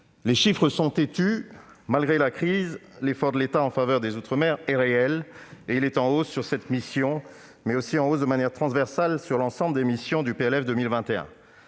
les chiffres sont têtus ! Malgré la crise, l'effort de l'État en faveur des outre-mer est réel. Il est en hausse non seulement sur cette mission, mais aussi, de manière transversale, sur l'ensemble des missions du projet